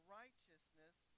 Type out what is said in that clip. righteousness